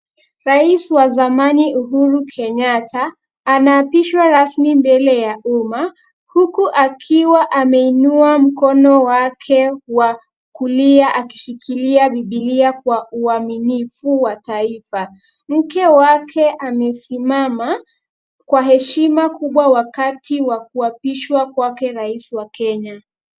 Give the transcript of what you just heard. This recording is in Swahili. Rais wa zamani Uhuru Kenyatta anaapishwa rasmi mbele ya umma huku akiwa ameinua mkono wake wa kulia akishikilia bibilia kwa uaminifu wa taifa. Mke wake amesimama kwa heshima kubwa wakati wa kuapishwa kwake rais wa Kenya.